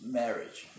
marriage